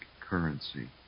currency